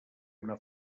una